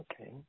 Okay